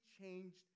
changed